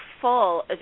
full